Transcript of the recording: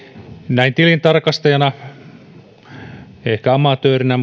näin tilintarkastajana vaikka ehkä amatöörinä